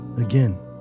again